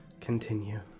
Continue